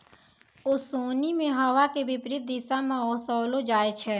ओसोनि मे हवा के विपरीत दिशा म ओसैलो जाय छै